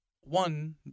one